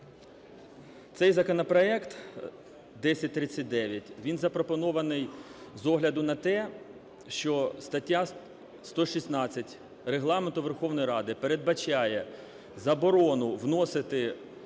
Цей законопроект (1039), він запропонований з огляду на те, що стаття 116 Регламенту Верховної Ради передбачає заборону вносити